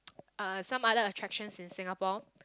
some other attractions in Singapore